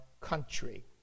country